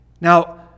Now